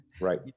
right